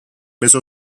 mezzo